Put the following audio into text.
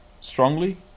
strongly